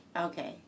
Okay